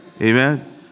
Amen